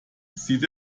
sieht